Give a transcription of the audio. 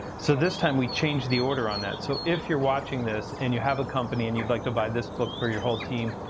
so this time we changed the order on that. so if you're watching this and you have a company and you'd like to buy this book for your whole team,